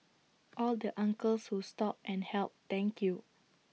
all the uncles who stopped and helped thank you